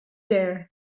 there